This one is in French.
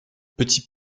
petits